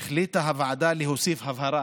החליטה הוועדה להוסיף הבהרה,